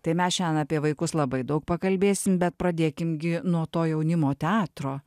tai mes šian apie vaikus labai daug pakalbėsim bet pradėkim gi nuo to jaunimo teatro